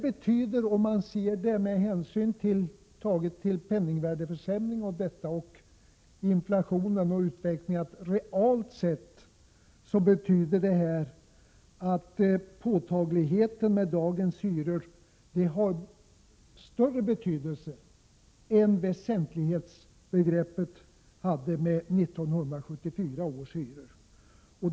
Utvecklingen realt sett — med hänsyn till penningvärdesförsämringen och inflationen — innebär att begreppet ”påtagligt” har större betydelse för dagens hyror än begreppet ”väsentligt” hade för 1974 års hyror.